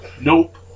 nope